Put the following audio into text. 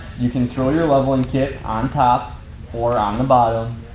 you can throw your leveling kit on top or on the bottom.